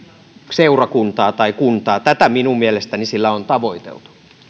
seurakuntaa tai kuntaa tätä minun mielestäni sillä on tavoiteltu